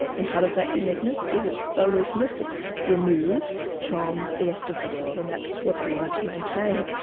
and part of that uniqueness is its aloofness, its remove from the rest of the world, and that's what they wanted to maintain.